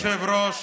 אדוני היושב-ראש,